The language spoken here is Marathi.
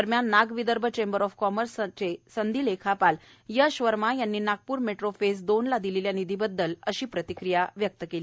दरम्यान नागविदर्भ चेंबर ऑफ कॉमर्स सनदी लेखापाल यश वर्मा यांनी नागपूर मेट्रो फेज दोन ला दिलेल्या निधिबद्दल अशी प्रतिक्रिया व्यक्त केली